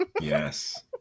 yes